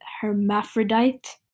hermaphrodite